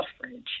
suffrage